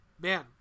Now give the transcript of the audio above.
man